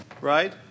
right